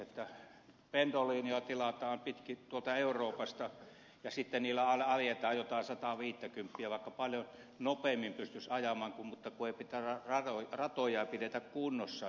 pendolinoja tilataan pitkin tuolta euroopasta ja sitten niillä ajetaan jotain sataaviittäkymppiä vaikka paljon nopeammin pystyisi ajamaan mutta kun ratoja ei pidetä kunnossa